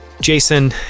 Jason